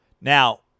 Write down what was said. Now